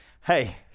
Hey